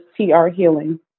trhealing